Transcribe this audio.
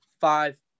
Five